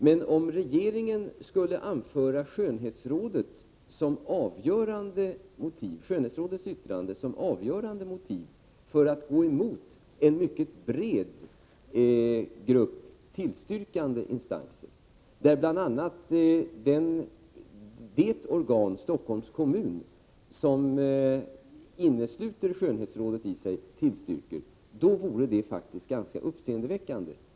Men om regeringen skulle anföra skönhetsrådets yttrande som det avgörande motivet för att gå emot en mycket bred grupp tillstyrkande instanser — bland vilka det organ, Stockholms kommun, som i sig innesluter skönhetsrådet tillstyrker förslaget i fråga — vore det faktiskt ganska uppseendeväckande.